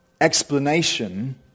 explanation